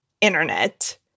internet